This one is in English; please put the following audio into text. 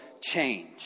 change